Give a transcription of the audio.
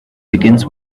begins